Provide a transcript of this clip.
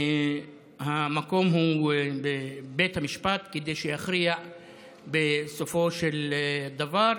המקום הוא בית המשפט, כדי שיכריע בסופו של דבר.